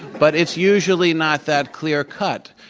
but it's usually not that clear cut.